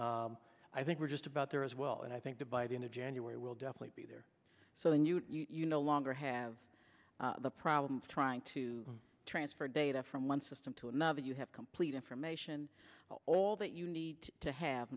samples i think we're just about there as well and i think that by the end of january we'll definitely be there so when you you no longer have the problem of trying to transfer data from one system to another you have complete information all that you need to have